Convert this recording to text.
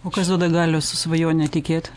o kas duoda galios svajone tikėt